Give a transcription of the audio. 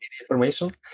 information